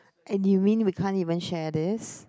and you mean we can't even share this